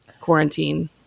quarantine